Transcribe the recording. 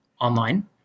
online